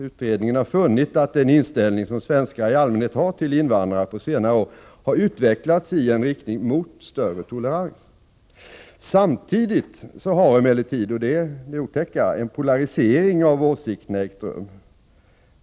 Utredningen har funnit att den inställning som svenskar i allmänhet har till invandrare på senare år har utvecklats i riktning mot större tolerans. Samtidigt har emellertid — och det är det som är det otäcka — en polarisering av åsikterna ägt rum.